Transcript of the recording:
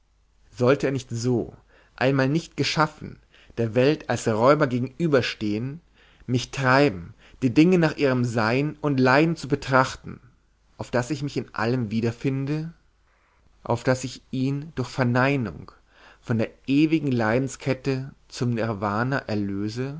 sollte er nicht so einmal nicht geschaffen der welt als räuber gegenüberzustehen mich treiben die dinge nach ihrem sein und leiden zu betrachten auf daß ich mich in allem wiederfinde auf daß ich ihn durch verneinung von der ewigen leidenskette zum nirwana erlöse